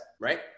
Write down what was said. right